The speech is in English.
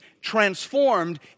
transformed